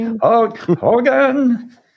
Hogan